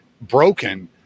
broken